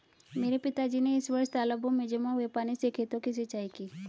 मेरे पिताजी ने इस वर्ष तालाबों में जमा हुए पानी से खेतों की सिंचाई की